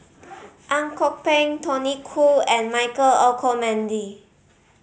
Ang Kok Peng Tony Khoo and Michael Olcomendy